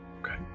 Okay